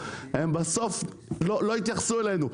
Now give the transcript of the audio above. הם בסוף לא התייחסו אלינו.